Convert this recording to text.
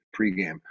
pregame